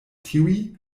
tiuj